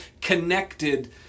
connected